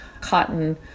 cotton